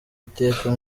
iteka